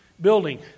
building